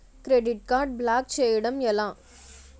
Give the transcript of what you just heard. Credit card block చేయడం ఎలా?